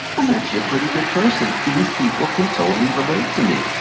i'm actually pretty good person, these people can totally relate to me.